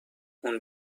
اون